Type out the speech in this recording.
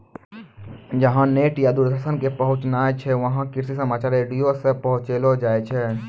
जहां नेट या दूरदर्शन के पहुंच नाय छै वहां कृषि समाचार रेडियो सॅ पहुंचैलो जाय छै